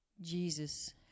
Jesus